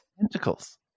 tentacles